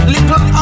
Little